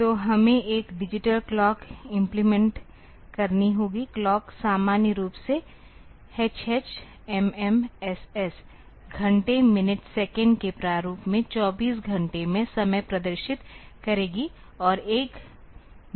तो हमें एक डिजिटल क्लॉक इम्प्लीमेंट करनी होगी क्लॉक सामान्य रूप से hh mm ss घंटे मिनट सेकंड के प्रारूप में 24 घंटे में समय प्रदर्शित करेगी और एक मोड बटन है